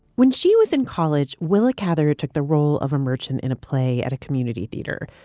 when she was in college. willa cather took the role of immersion in a play at a community theater.